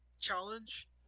challenge